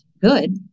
good